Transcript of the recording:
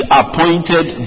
appointed